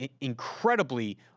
incredibly